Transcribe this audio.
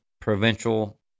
provincial